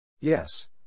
Yes